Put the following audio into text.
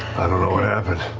i don't know what happened.